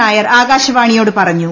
നായർ ആകാശവാണിയോട് പറഞ്ഞു